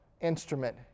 instrument